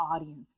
audience